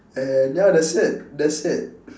and ya that's it that's it